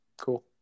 Cool